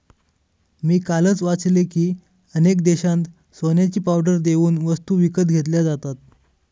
मी कालच वाचले की, अनेक देशांत सोन्याची पावडर देऊन वस्तू विकत घेतल्या जातात